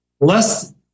less